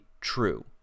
true